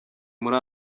muri